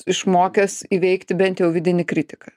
išmokęs įveikti bent jau vidinį kritiką